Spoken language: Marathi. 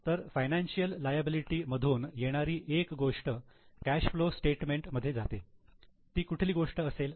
तर फायनान्शियल लायबिलिटी मधून येणारी एक गोष्ट कॅश फ्लो स्टेटमेंट मध्ये जाते ती कुठली गोष्ट असेल